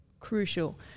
crucial